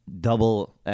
double